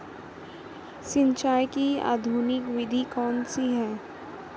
सिंचाई की आधुनिक विधि कौनसी हैं?